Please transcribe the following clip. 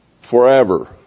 forever